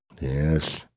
yes